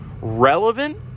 relevant